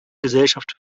gesellschaft